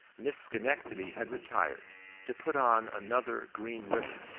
miss schenectady had retired to put on another green ribbon,